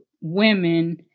women